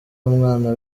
umwana